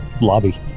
lobby